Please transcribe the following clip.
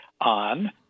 on